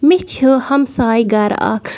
مےٚ چھِ ہَمساے گَرٕ اَکھ